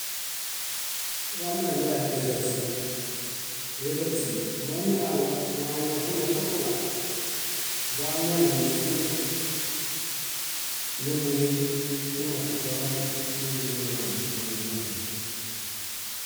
. Wameɭoya éraśum. Éraśum moiniġaɭo wañiovinexutula, doañana níxilo néhuyen mumuxulami muiminiwañi wañineɭaĩ.